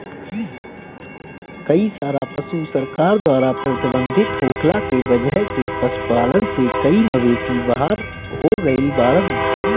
कई सारा पशु सरकार द्वारा प्रतिबंधित होखला के वजह से पशुपालन से कई मवेषी बाहर हो गइल बाड़न